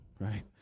right